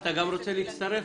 אתה גם רוצה להצטרף?